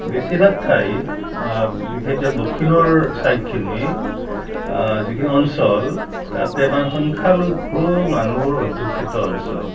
বেছিভাগ ঠাই বিশেষকৈ দক্ষিণৰ চাইডখিনি যিখিনি অঞ্চল তাতে বা সংখ্যালঘু মানুহ অধ্যুষিত অঞ্চল